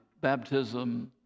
baptism